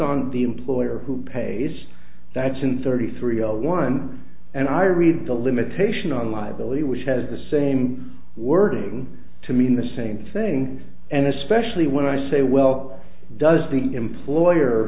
on the employer who pays that's in thirty three l one and i read the limitation on libel it which has the same wording to mean the same thing and especially when i say well does the employer